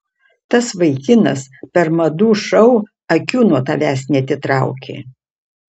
tas vaikinas per madų šou akių nuo tavęs neatitraukė